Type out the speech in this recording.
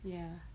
ya